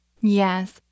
Yes